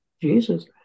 Jesus